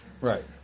Right